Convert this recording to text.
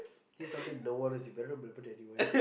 here's something no one wants you better put it anywhere